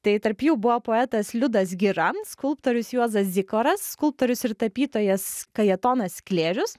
tai tarp jų buvo poetas liudas gira skulptorius juozas zikaras skulptorius ir tapytojas kajetonas sklėrius